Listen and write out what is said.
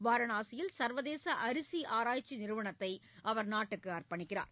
வாரனாசியில் சர்வதேச அரிசி ஆராய்ச்சி நிறுவத்தை அவர் நாட்டிற்கு அர்ப்பணிக்கிறார்